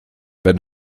wenn